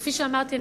כפי שאמרתי,